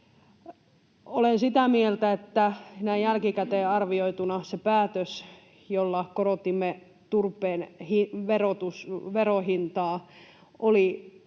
Olen sitä mieltä, että näin jälkikäteen arvioituna se päätös, jolla korotimme turpeen verohintaa, oli väärä